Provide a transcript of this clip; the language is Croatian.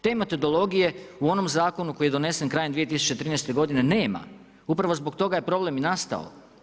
Te metodologije u onom zakonu koji je donesen krajem 2013. godine nema, upravo zbog toga je problem i nastao.